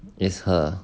is her